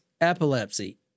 epilepsy